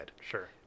Sure